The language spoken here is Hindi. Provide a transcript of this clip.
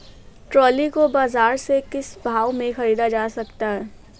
ट्रॉली को बाजार से किस भाव में ख़रीदा जा सकता है?